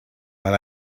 but